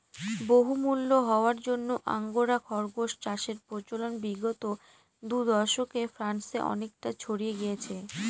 বহুমূল্য হওয়ার জন্য আঙ্গোরা খরগোস চাষের প্রচলন বিগত দু দশকে ফ্রান্সে অনেকটা ছড়িয়ে গিয়েছে